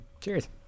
Cheers